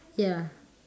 ya